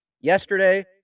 yesterday